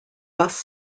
bus